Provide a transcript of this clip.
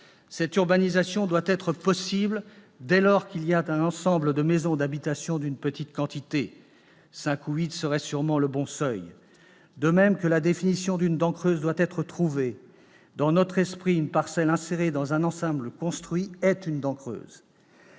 -, l'urbanisation doit être possible dès lors qu'il y a un petit ensemble de maisons d'habitation- cinq à huit maisons serait sûrement le bon seuil. De même, la définition d'une dent creuse doit être trouvée. Dans notre esprit, une parcelle insérée dans un ensemble construit est une dent creuse.